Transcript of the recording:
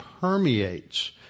permeates